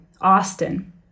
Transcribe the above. austin